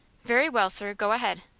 very well, sir go ahead.